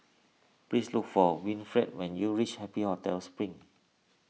please look for Winfred when you reach Happy Hotel Spring